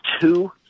two